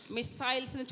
missiles